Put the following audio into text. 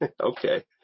Okay